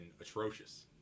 atrocious